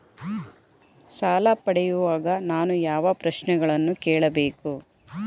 ಸಾಲ ಪಡೆಯುವಾಗ ನಾನು ಯಾವ ಪ್ರಶ್ನೆಗಳನ್ನು ಕೇಳಬೇಕು?